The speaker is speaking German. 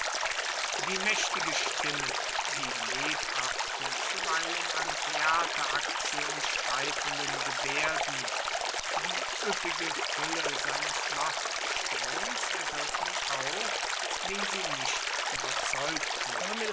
die mächtige stimme die lebhaften zuweilen an theateraktion streifenden gebärden die üppige fülle seines wortstroms ergriffen auch wen sie nicht überzeugten